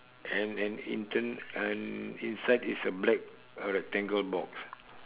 and and in turn and inside is a black rectangle box